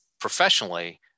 professionally